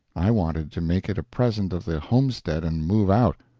i wanted to make it a present of the homestead and move out.